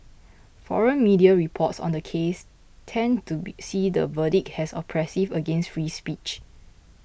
foreign media reports on the case tend to be see the verdict as oppressive against free speech